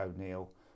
O'Neill